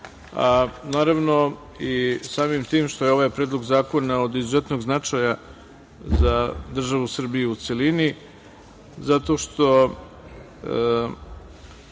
Naravno, samim tim što je ovaj predlog zakona od izuzetnog značaja za državu Srbiju u celini, zato što